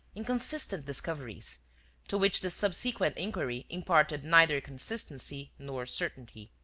inconsistent discoveries to which the subsequent inquiry imparted neither consistency nor certainty.